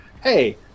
hey